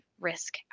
risk